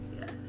Yes